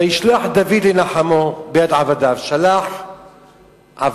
וישלח דוד לנחמו ביד עבדיו, שלח עבדים,